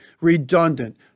redundant